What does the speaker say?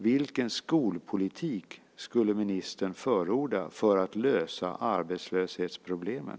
Vilken skolpolitik skulle ministern förorda för att lösa arbetslöshetsproblemen?